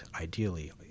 ideally